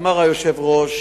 אמר היושב-ראש